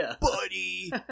Buddy